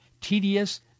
tedious